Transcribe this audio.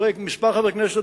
כמה חברי כנסת,